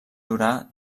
durar